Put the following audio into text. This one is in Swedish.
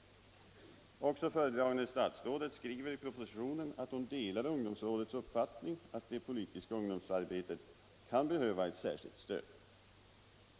Föredragande statsrådet skriver också i propositionen att hon delar ungdomsrådets uppfattning att det politiska ungdomsarbetet kan behöva ett särskilt stöd.